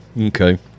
Okay